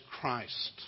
Christ